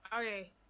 Okay